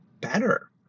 better